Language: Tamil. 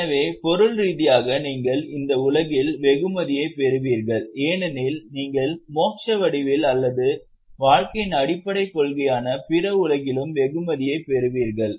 எனவே பொருள் ரீதியாக நீங்கள் இந்த உலகில் வெகுமதியைப் பெறுவீர்கள் ஏனெனில் நீங்கள் மோக்ஷ வடிவில் அல்லது வாழ்க்கையின் அடிப்படைக் கொள்கையான பிற உலகிலும் வெகுமதியைப் பெறுவீர்கள்